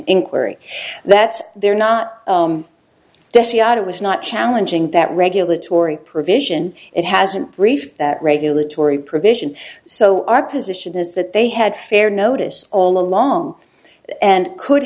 inquiry that they're not dessie out it was not challenging that regulatory provision it hasn't briefed that regulatory provision so our position is that they had fair notice all along and could